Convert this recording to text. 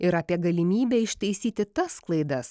ir apie galimybę ištaisyti tas klaidas